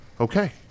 Okay